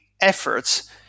efforts